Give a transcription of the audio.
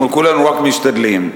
אנחנו כולנו רק משתדלים.